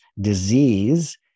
disease